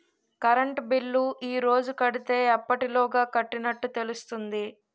Current bill ఈ రోజు కడితే ఎప్పటిలోగా కట్టినట్టు తెలుస్తుంది?